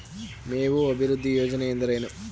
ಮೇವು ಅಭಿವೃದ್ಧಿ ಯೋಜನೆ ಎಂದರೇನು?